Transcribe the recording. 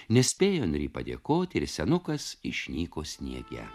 nespėjo anry padėkoti ir senukas išnyko sniege